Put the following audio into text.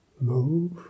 move